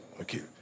Okay